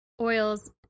oils